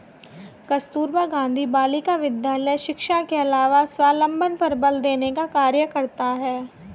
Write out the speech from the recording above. कस्तूरबा गाँधी बालिका विद्यालय शिक्षा के अलावा स्वावलम्बन पर बल देने का कार्य करता है